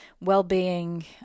well-being